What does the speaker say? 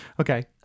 Okay